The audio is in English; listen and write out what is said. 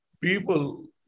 people